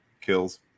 kills